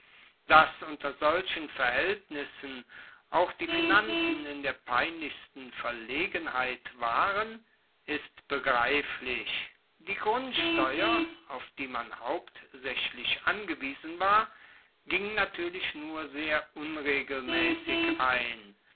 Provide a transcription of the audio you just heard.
dass unter solchen verhaeltnissen auch die finanzen in der peinlichsten verlegenheit waren ist begreiflich die grundsteuer auf die man hauptsaechlich angewiesen war ging natuerlich nur sehr unregelmaessig ein